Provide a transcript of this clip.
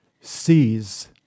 sees